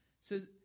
says